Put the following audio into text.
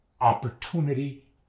opportunity